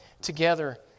together